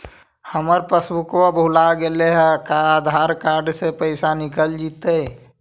हमर पासबुक भुला गेले हे का आधार कार्ड से पैसा निकल जितै?